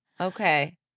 Okay